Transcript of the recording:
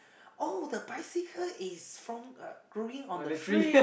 oh the bicycle is from uh growing on the tree